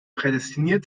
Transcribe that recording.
prädestiniert